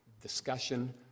discussion